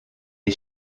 est